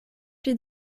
pli